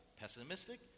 pessimistic